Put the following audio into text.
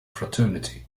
fraternity